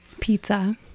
Pizza